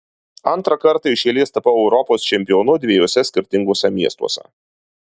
antrą kartą iš eilės tapau europos čempionu dviejuose skirtinguose miestuose